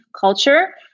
culture